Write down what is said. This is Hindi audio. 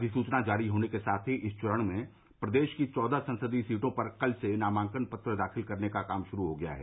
अधिसूचना जारी होने के साथ ही इस चरण में प्रदेश की चौदह संसदीय सीटों पर कल से नामांकन पत्र दाखिल करने का काम भी शुरू हो गया है